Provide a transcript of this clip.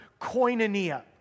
koinonia